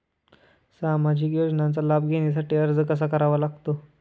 सामाजिक योजनांचा लाभ घेण्यासाठी अर्ज कसा करावा लागतो?